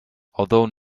although